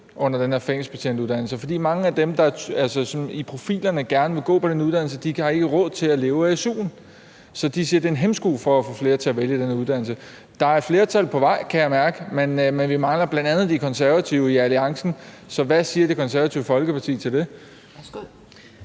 under den her fængselsbetjentuddannelse, for mange af dem, som har profil til og gerne vil gå på den uddannelse, har ikke råd til det, de kan ikke leve af su'en, og de siger, det er en hæmsko for at få flere til at vælge den uddannelse. Der er et flertal på vej, kan jeg mærke, men vi mangler bl.a. De Konservative i alliancen – så hvad siger Det Konservative Folkeparti til det?